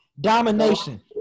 Domination